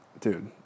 dude